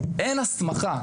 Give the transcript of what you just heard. אין הסמכה.